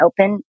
open